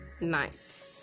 night